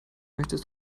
möchtest